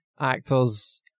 actors